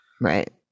Right